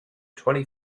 twenty